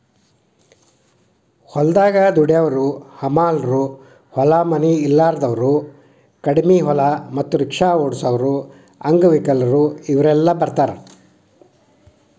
ಹೊಲದಾಗ ದುಡ್ಯಾವರ ಹಮಾಲರು ಹೊಲ ಮನಿ ಇಲ್ದಾವರು ಕಡಿಮಿ ಹೊಲ ಮತ್ತ ರಿಕ್ಷಾ ಓಡಸಾವರು ಅಂಗವಿಕಲರು ಇವರೆಲ್ಲ ಬರ್ತಾರ